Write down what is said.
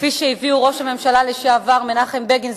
כפי שהביאוֹ ראש הממשלה לשעבר מנחם בגין,